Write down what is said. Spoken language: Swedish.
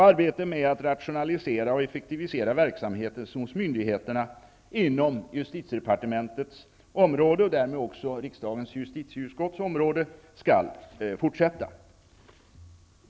Arbetet med att rationalisera och effektivisera verksamheten hos myndigheterna inom justitiedepartementets område och därmed också riksdagens justitieutskotts område skall fortsätta.